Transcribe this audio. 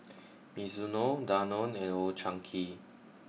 Mizuno Danone and Old Chang Kee